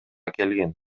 келген